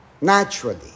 naturally